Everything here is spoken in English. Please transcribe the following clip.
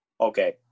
okay